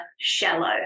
shallow